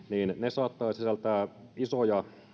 saattavat sisältää isoja